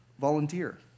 volunteer